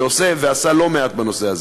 שעושה ועשה לא מעט בנושא הזה: